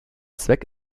zweck